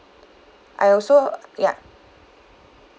I also ya